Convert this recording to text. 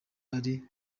iri